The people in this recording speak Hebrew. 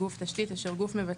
גוף תשתית אשר הוא גוף מבצע,